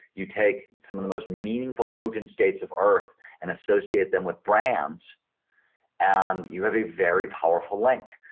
you take some of the most meaningful potent states of earth and associate them with brands and you have a very powerful link.